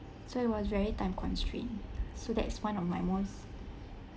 so it was very time constrained so that's one of my most